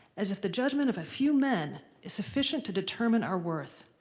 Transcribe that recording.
as if the judgment of a few men is sufficient to determine our worth.